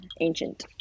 ancient